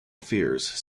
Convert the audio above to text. fears